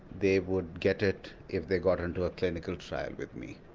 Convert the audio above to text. they would get it if they got into a clinical trial with me.